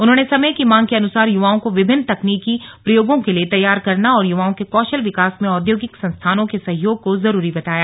उन्होंने समय की मांग के अनुसार युवाओं को विभिन्न तकनीकि प्रयोगों के लिए तैयार करना और युवाओं के कौशल विकास में औद्योगिक संस्थानों के सहयोग को जरूरी बताया